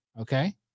Okay